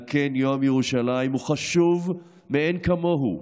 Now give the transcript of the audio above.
על כן יום ירושלים הוא חשוב מאין כמוהו,